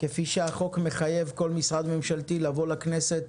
כפי שהחוק מחייב כל משרד ממשלתי לבוא לכנסת